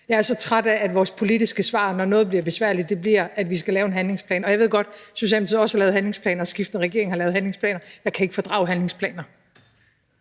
jeg er så træt af, at vores politiske svar, når noget bliver besværligt, bliver, at vi skal lave en handlingsplan. Jeg ved godt, at Socialdemokratiet også har lavet handlingsplaner, og at skiftende regeringer har lavet handlingsplaner, men jeg kan ikke fordrage handlingsplaner,